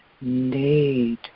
need